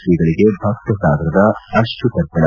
ಶ್ರೀಗಳಿಗೆ ಭಕ್ತಸಾಗರದ ಅಶ್ರುತರ್ಪಣ